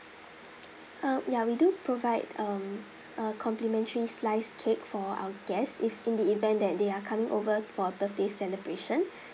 uh ya we do provide um a complimentary slice cake for our guests if in the event that they are coming over for a birthday celebration